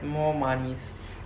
more monies